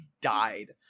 died